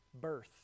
birth